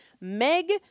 Meg